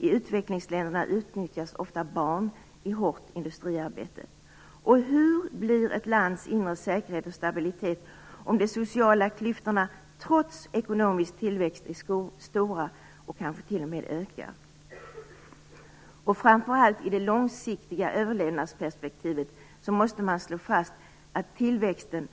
I utvecklingsländerna utnyttjas ofta barn i hårt industriarbete. Hur blir ett lands inre säkerhet och stabilitet om det sociala klyftorna trots ekonomisk tillväxt är stora och kanske t.o.m. ökar? Framför allt måste man i det långsiktiga överlevnadsperspektivet slå fast att tillväxten